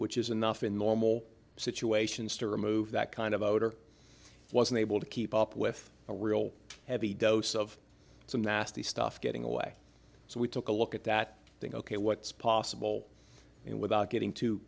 which is enough in normal situations to remove that kind of odor was unable to keep up with a real heavy dose of some nasty stuff getting away so we took a look at that thing ok what's possible without getting too